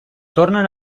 tornen